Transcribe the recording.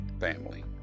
family